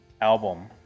album